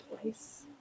place